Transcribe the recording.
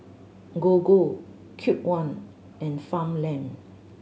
Gogo Cube One and Farmland